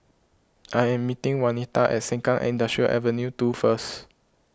I am meeting Wanita at Sengkang Industrial Ave two first